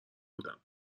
بودم